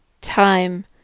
time